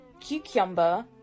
Cucumber